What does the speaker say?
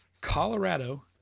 Colorado